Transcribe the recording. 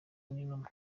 n’intumwa